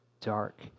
dark